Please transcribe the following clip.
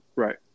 Right